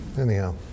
Anyhow